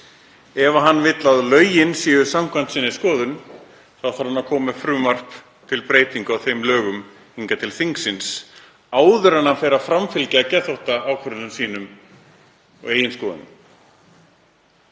Ef hann vill að lögin séu samkvæmt sinni skoðun þá þarf hann að koma með frumvarp til breytinga á þeim lögum til þingsins áður en hann fer að framfylgja geðþóttaákvörðunum sínum og eigin skoðunum.